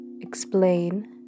explain